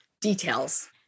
details